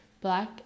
black